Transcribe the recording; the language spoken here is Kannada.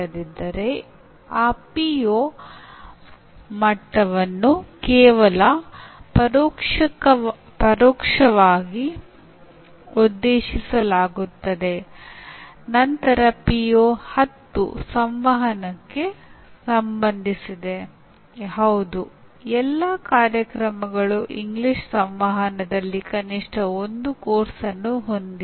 ಅಂದರೆ ವಿದ್ಯಾರ್ಥಿಯು ಯಾವ ರೀತಿಯಲ್ಲಿ ಪ್ರಯೋಗವನ್ನು ಮಾಡಿದ್ದಾನೆ ಮತ್ತು ಫಲಿತಾಂಶಗಳನ್ನು ಪಡೆದಿದ್ದಾನೆ ಎಂದು ಬೋಧಕರು ಗಮನಿಸಿದ ನಂತರ ಅವರು ಅದಕ್ಕೆ ಒಂದು ಅಂಕ ಅಥವಾ ದರ್ಜೆಯನ್ನು ನೀಡುತ್ತಾರೆ